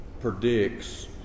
predicts